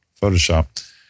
Photoshop